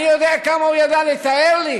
אני יודע כמה הוא ידע לתאר לי